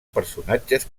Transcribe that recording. personatges